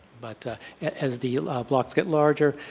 but as the blocks get larger,